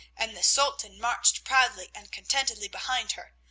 and the sultan marched proudly and contentedly behind her,